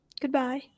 goodbye